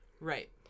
Right